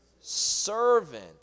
Servant